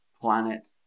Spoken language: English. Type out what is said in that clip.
planet